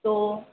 তো